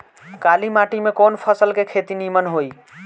काली माटी में कवन फसल के खेती नीमन होई?